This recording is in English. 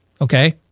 Okay